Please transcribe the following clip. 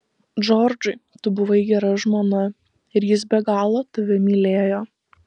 džordžui tu buvai gera žmona ir jis be galo tave mylėjo